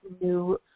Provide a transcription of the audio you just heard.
new